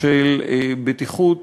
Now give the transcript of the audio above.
של בטיחות